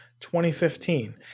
2015